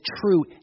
true